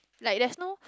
like there's no